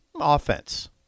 offense